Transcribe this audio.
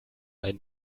ein